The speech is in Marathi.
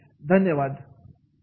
धन्यवाद